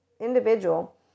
individual